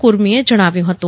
કર્મીએ જણાવ્યું હતું